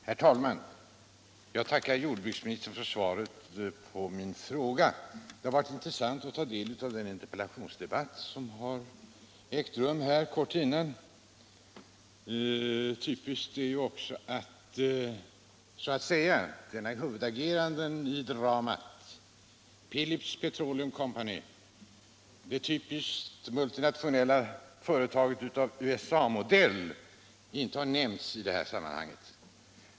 Herr talman! Jag tackar jordbruksministern för svaret på min fråga. Det har varit intressant att ta del av den interpellationsdebatt som har ägt rum här för en kort stund sedan. Typiskt är också att den huvudagerande i dramat, Phillips Petroleum Company — ett typiskt multinationellt företag av USA-modell — inte har nämnts i sammanhanget.